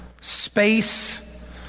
space